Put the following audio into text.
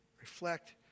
reflect